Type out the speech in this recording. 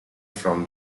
from